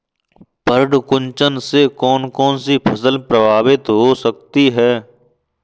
पर्ण कुंचन से कौन कौन सी फसल प्रभावित हो सकती है?